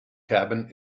cabin